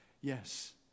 Yes